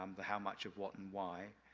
um the how much of what and why,